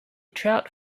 trout